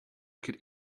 could